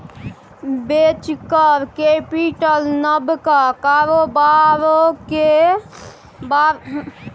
venture capital नबका कारोबारकेँ देल जाइ छै कारोबार केँ आगु बढ़बाक संभाबना केँ देखैत